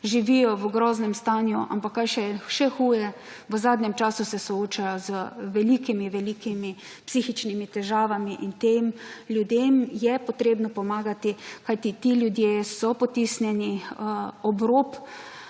Živijo v groznem stanju, ampak kar je še huje. V zadnjem času se soočajo z velikimi velikimi psihičnimi težavami in tem ljudem je potrebno pomagati, kajti ti ljudje so potisnjeni ob rob,